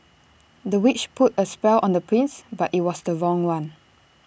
the witch put A spell on the prince but IT was the wrong one